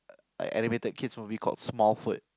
like animated kids movie called Smallfoot